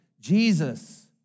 Jesus